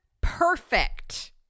perfect